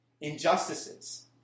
Injustices